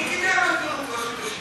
מי קידם את פירוק רשות השידור?